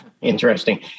Interesting